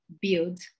build